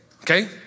Okay